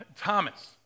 Thomas